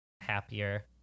happier